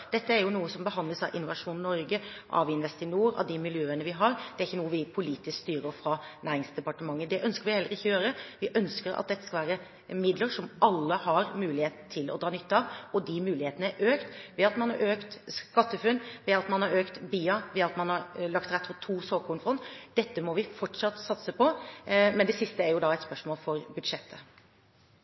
Dette er noe som behandles av Innovasjon Norge, av Investinor, av de miljøene vi har – det er ikke noe vi politisk styrer fra Næringsdepartementet. Det ønsker vi heller ikke å gjøre. Vi ønsker at dette skal være midler som alle har mulighet til å dra nytte av, og de mulighetene er økt ved at man har økt skatteFUNN, ved at man har økt BIA og ved at man har lagt til rette for to såkornfond. Dette må vi fortsatt satse på, men det siste er et spørsmål for budsjettet.